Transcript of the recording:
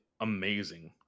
amazing